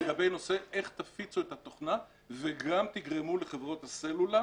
לגבי איך תפיצו את התוכנה וגם תגרמו לחברות הסלולר